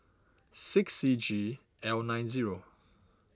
six C G L nine zero